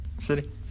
City